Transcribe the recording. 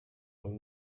wari